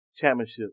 championship